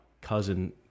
cousin